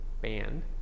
band